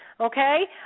Okay